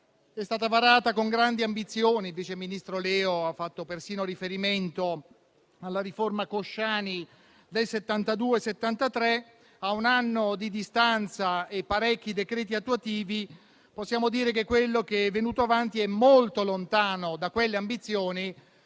è stata varata con grandi ambizioni e il vice ministro Leo ha fatto persino riferimento alla riforma Cosciani del 1972-1973. A un anno di distanza e dopo parecchi decreti attuativi, possiamo dire che quello che è venuto fuori è molto lontano da quelle ambizioni